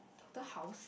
doctor house